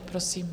Prosím.